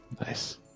Nice